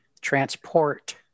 Transport